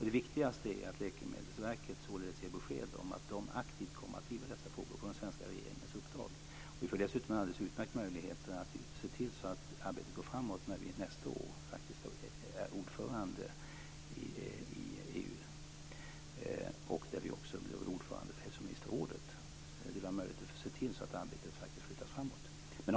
Det viktigaste är att Läkemedelsverket således ger besked om att verket aktivt kommer att driva dessa frågor på den svenska regeringens uppdrag. Vi får dessutom en alldeles utmärkt möjlighet att se till att arbetet går framåt när Sverige nästa år är ordförande i EU, och även ordförande för hälsoministerrådet. Detta blir en möjlighet att se till att arbetet flyttas framåt.